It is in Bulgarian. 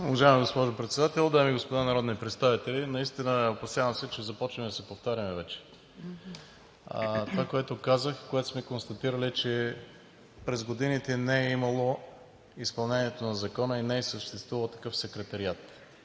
Уважаема госпожо Председател, дами и господа народни представители! Наистина се опасявам, че започнахме да се повтаряме вече. Това казах, което сме констатирали, че през годините не е имало изпълнение на Закона и не е съществувал такъв секретариат.